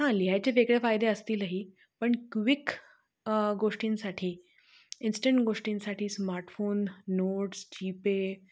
हां लिहायचे वेगळे फायदे असतीलही पण क्विक गोष्टींसाठी इन्स्टंट गोष्टींसाठी स्मार्टफोन नोट्स जी पे